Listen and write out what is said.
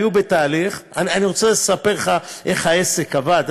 אני רוצה לספר לך איך העסק עבד,